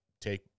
take